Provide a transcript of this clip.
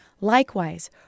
Likewise